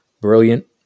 brilliant